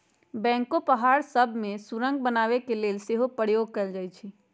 backhoe पहाड़ सभ में सुरंग बनाने के लेल सेहो प्रयोग कएल जाइ छइ